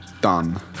Done